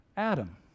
Adam